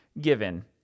given